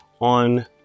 on